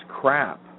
crap